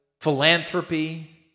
philanthropy